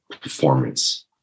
performance